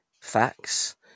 facts